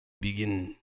begin